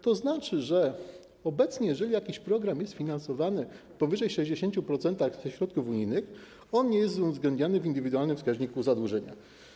To znaczy, że obecnie jeżeli jakiś program jest finansowany powyżej 60% ze środków unijnych, nie jest on uwzględniany w indywidualnym wskaźniku zadłużenia.